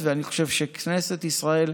עם יקל"רים,